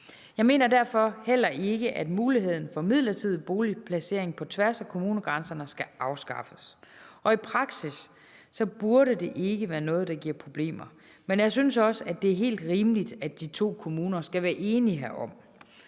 Jeg mener derfor heller ikke, at muligheden for midlertidig boligplacering på tværs af kommunegrænserne skal afskaffes, og i praksis burde det ikke være noget, der giver problemer. Men jeg synes også, det er helt rimeligt, at de to kommuner skal være enige herom.